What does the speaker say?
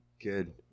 good